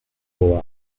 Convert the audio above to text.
goa